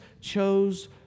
chose